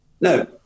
no